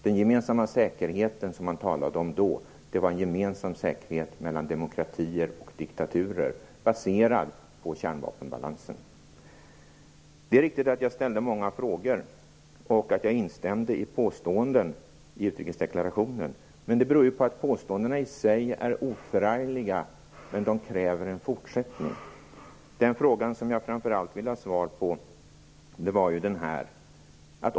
Den gemensamma säkerheten, som man talade om då, var en gemensam säkerhet mellan demokratier och diktaturer, baserad på kärnvapenbalansen. Det är riktigt att jag ställde många frågor och att jag instämde i påståenden i utrikesdeklarationen. Det beror på att påståendena i sig är oförargliga men att de kräver en fortsättning. Den fråga som jag framför allt vill ha svar på gäller följande.